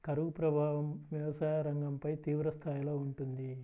కరువు ప్రభావం వ్యవసాయ రంగంపై తీవ్రస్థాయిలో ఉంటుంది